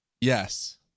Yes